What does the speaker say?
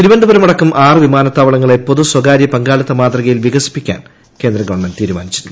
തിരുവനന്തപുരമടക്കം ആറ് വിമാനത്താവളങ്ങളെ പൊതു സ്വകാര്യ പങ്കാളിത്ത മാതൃകയിൽ വികസിപ്പിക്കാൻ കേന്ദ്ര ഗവൺമെന്റ് തീരുമാനിച്ചിരുന്നു